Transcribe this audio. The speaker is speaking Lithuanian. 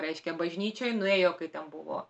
reiškia bažnyčioj nuėjo kai ten buvo